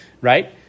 right